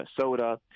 soda